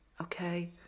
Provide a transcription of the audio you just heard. okay